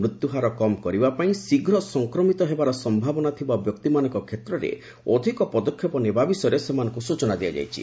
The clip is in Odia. ମୃତ୍ୟୁ ହାର କମ୍ କରିବା ପାଇଁ ଶୀଘ୍ର ସଫକ୍ରମିତ ହେବାର ସମ୍ଭାବନା ଥିବା ବ୍ୟକ୍ତିମାନଙ୍କ କ୍ଷେତ୍ରରେ ଅଧିକ ପଦକ୍ଷେପ ନେବା ବିଷୟରେ ସେମାନଙ୍କୁ ସୂଚନା ଦିଆଯାଇଛି